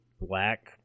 black